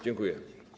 Dziękuję.